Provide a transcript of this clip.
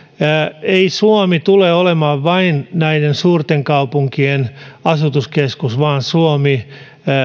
jos ei suomi tule olemaan vain näiden suurten kaupunkien asutuskeskus vaan